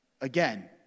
Again